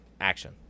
Action